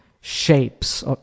shapes